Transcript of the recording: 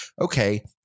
okay